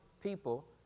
people